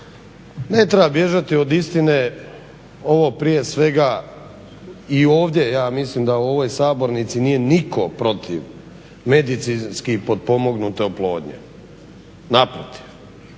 Ne treba bježati od istine ovo prije svega i ovdje ja mislim da u ovoj sabornici nije nitko protiv medicinski potpomognute oplodnje, naprotiv.